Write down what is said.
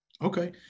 Okay